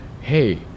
hey